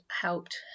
helped